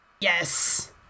Yes